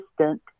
assistant